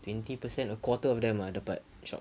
twenty percent a quarter of them ah dapat shock